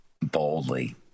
boldly